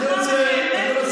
כמה חבל.